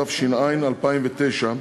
התש"ע 2009,